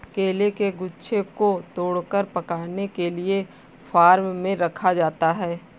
केले के गुच्छों को तोड़कर पकाने के लिए फार्म में रखा जाता है